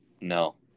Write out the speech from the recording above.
No